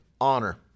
honor